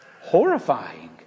horrifying